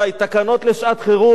תקנות לשעת-חירום,